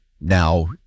now